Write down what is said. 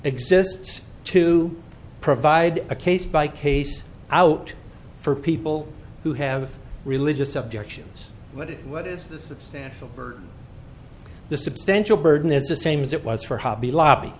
exists to provide a case by case out for people who have religious objections but it what is the substantial burden the substantial burden is the same as it was for hobby lobby